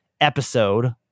episode